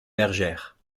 bergère